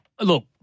Look